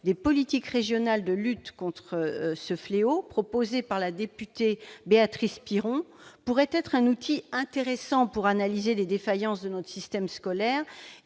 des politiques régionales de lutte contre ce fléau proposée par la députée Béatrice Piron pourrait être un outil intéressant pour analyser les défaillances de notre système scolaire